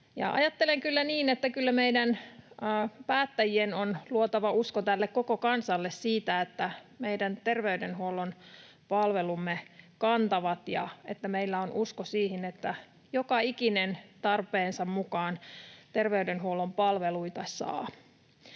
ajattelen kyllä niin, että meidän päättäjien on luotava usko tälle koko kansalle siitä, että meidän terveydenhuollon palvelumme kantavat ja että meillä on usko siihen, että joka ikinen tarpeensa mukaan terveydenhuollon palveluita saa.